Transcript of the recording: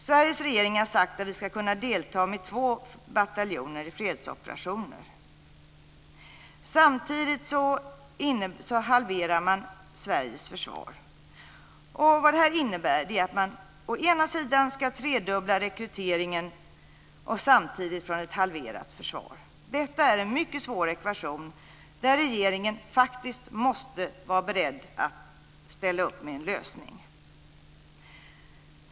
Sveriges regering har sagt att vi ska kunna delta med två bataljoner i fredsoperationer. Samtidigt halverar man Sveriges försvar. Vad det här innebär är att man ska tredubbla rekryteringen och det ska ske från ett halverat försvar. Detta är en mycket svår ekvation, där regeringen faktiskt måste vara beredd att ställa upp med en lösning.